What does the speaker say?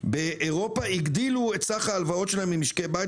באירופה הגדילו את סך ההלוואות שלהם ממשקי בית